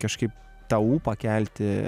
kažkaip tą ūpą kelti